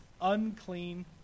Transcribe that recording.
unclean